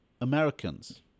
Americans